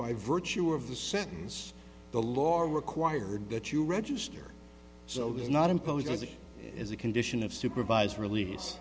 by virtue of the sentence the law or required that you register so does not impose it as a condition of supervised release